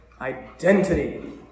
identity